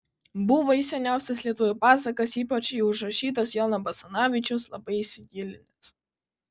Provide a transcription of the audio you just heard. buvo į seniausias lietuvių pasakas ypač į užrašytas jono basanavičiaus labai įsigilinęs